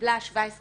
וקיבלה 17 שנים,